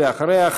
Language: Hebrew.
ואחריה,